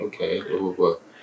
okay